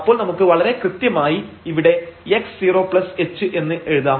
അപ്പോൾ നമുക്ക് വളരെ കൃത്യമായി ഇവിടെ x0h എന്നും എഴുതാം